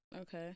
okay